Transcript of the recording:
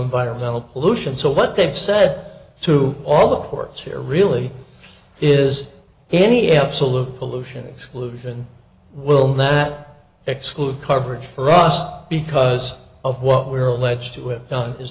environmental pollution so what they've said to all the forests here really is he absolute pollution exclusion will that exclude coverage for us because of what